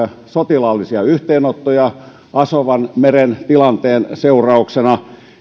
sotilaallisia yhteenottoja asovanmeren tilanteen seurauksena